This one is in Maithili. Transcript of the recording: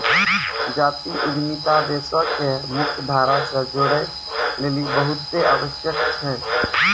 जातीय उद्यमिता देशो के मुख्य धारा से जोड़ै लेली बहुते आवश्यक छै